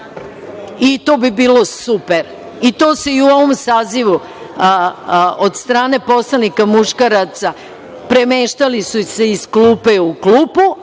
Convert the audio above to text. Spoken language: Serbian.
I to bi bilo super. To se i u ovom sazivu od strane poslanika muškaraca radilo. Premeštali su se iz klupe u klupu,